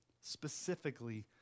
specifically